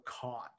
caught